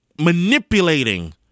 manipulating